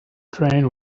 train